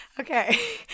Okay